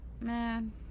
man